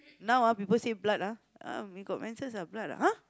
now ah people say blood ah ah you got menses ah blood ah !huh!